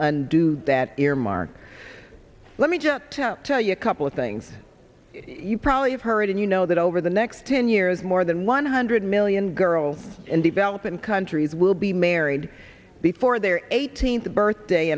undo that earmark let me just to tell you a couple of things you probably have heard and you know that over the next ten years more than one hundred million girls in developing countries will be married before their eighteenth birthday